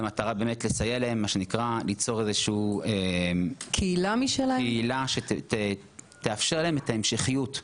במטרה לסייע להן ליצור איזושהי קהילה שתאפשר להם את ההמשכיות.